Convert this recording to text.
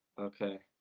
okay,